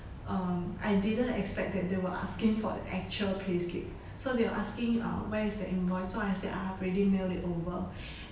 um I didn't expect that they were asking for an actual payslip so they were asking uh where is the invoice so I said I have already mailed it over